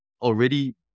already